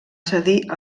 cedir